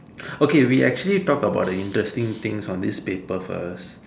okay we actually talk about the interesting things on this paper first